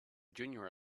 junior